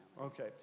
Okay